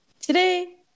today